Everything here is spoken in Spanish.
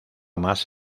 más